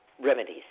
remedies